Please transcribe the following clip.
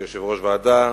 כיושב-ראש ועדה,